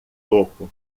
topo